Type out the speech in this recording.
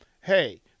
hey